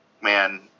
Man